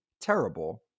terrible